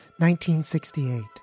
1968